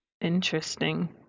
Interesting